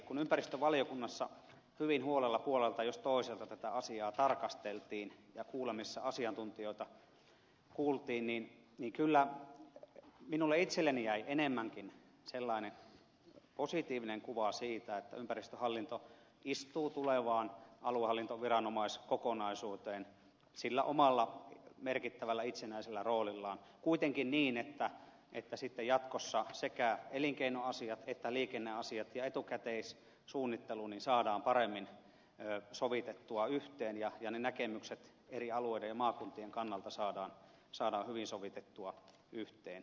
kun ympäristövaliokunnassa hyvin huolella puolelta jos toiselta tätä asiaa tarkasteltiin ja kuulemisessa asiantuntijoita kuultiin niin kyllä minulle itselleni jäi enemmänkin sellainen positiivinen kuva siitä että ympäristöhallinto istuu tulevaan aluehallintoviranomaiskokonaisuuteen sillä omalla merkittävällä itsenäisellä roolillaan kuitenkin niin että sitten jatkossa sekä elinkeinoasiat liikenneasiat että etukäteissuunnittelu saadaan paremmin sovitettua yhteen ja ne näkemykset eri alueiden ja maakuntien kannalta saadaan hyvin sovitettua yhteen